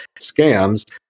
scams